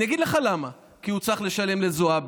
אני אגיד לך למה: כי הוא צריך לשלם לזועבי,